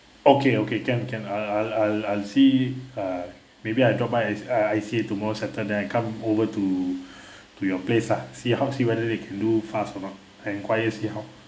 okay okay can can I'll I'll I'll I'll see uh maybe I drop by uh I see tomorrow settle then I come over to to your place lah see how see whether they can do fast or not and enquire see how